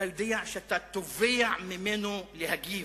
אתה יודע שאתה תובע ממנו להגיב,